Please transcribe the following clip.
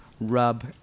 rub